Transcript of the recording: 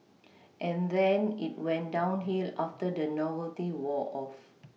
and then it went downhill after the novelty wore off